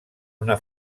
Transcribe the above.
una